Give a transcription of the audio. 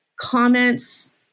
comments